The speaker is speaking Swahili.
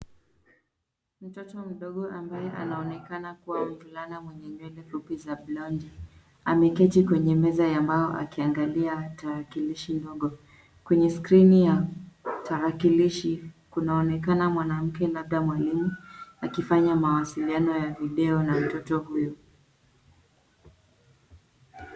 Mtoto mdogo amabaye anaonekana kuwa mvulana mwenye nywele fupi za blonde ameketi kwenye meza mbao akiangalia tarakilishi ndogo. Kwenye sikrini ya tarakilishi kunaonekana mwanamke labda mwalimu akifanya mawasiliano ya video na mtoto huyu.